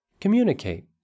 communicate